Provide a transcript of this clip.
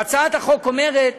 והצעת החוק אומרת